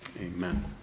Amen